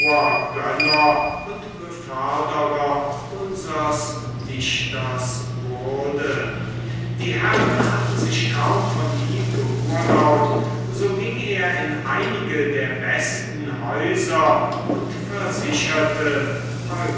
und beförderer unsers dichters wurde die herren hatten sich kaum von ihm beurlaubt so ging er in einige der besten häuser und versicherte